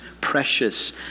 precious